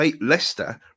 Leicester